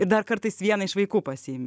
ir dar kartais vieną iš vaikų pasiimi